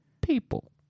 people